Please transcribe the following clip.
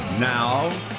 Now